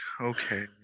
okay